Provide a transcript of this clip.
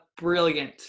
brilliant